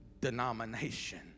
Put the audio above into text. denomination